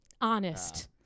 Honest